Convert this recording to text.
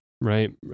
right